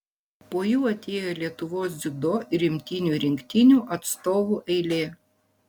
po jų atėjo lietuvos dziudo ir imtynių rinktinių atstovų eilė